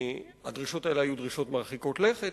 הדרישות האלה היו דרישות מרחיקות לכת,